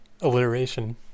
alliteration